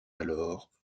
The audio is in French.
alors